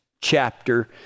chapter